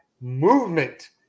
movement